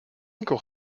winkel